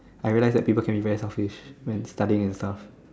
I realize that people can be very selfish when studying and stuff